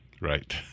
Right